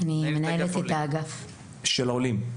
אני מנהלת את האגף של העולים.